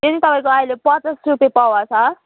त्यो पनि तपाईँको अहिले पचास रुपियाँ पावा छ